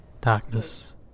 Darkness